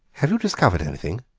have you discovered anything?